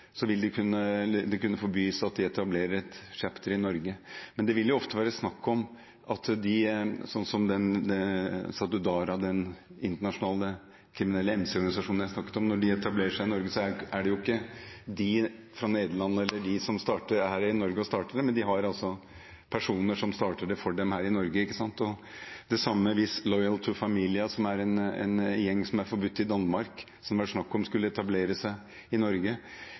vil det kunne forbys at de etablerer et «chapter» i Norge. Ofte vil det være snakk om at når sånn som Satudarah, den internasjonale kriminelle MC-organisasjonen jeg snakket om, etablerer seg i Norge, da er det ikke de fra Nederland som er her i Norge og starter det, men de har personer som starter det for dem her. Det samme gjelder Loyal to Familia, som er en gjeng som er forbudt i Danmark, og som det har vært snakk om skulle etablere seg i Norge.